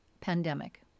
Pandemic